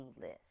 list